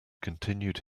continued